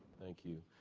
thank you.